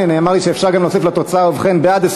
אני מבקש לציין, א.